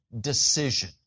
decision